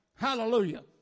Hallelujah